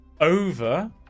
over